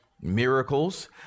miracles